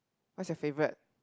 what's your favourite